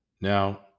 Now